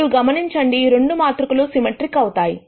మరియు గమనించండి ఈ రెండు మాతృకలు సిమెట్రిక్ అవుతాయి